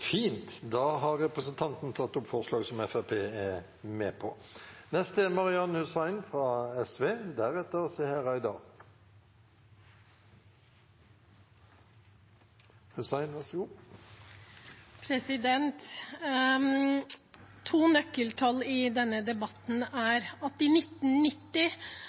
Fint! Da har representanten Bård Hoksrud tatt opp de forslagene Fremskrittspartiet er med på. To nøkkeltall i denne debatten er at i 1990